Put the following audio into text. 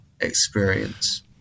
experience